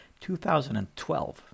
2012